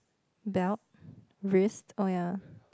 belt wrist oh ya